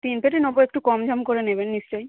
তিন পেটি নেব একটু কম ঝম করে নেবেন নিশ্চই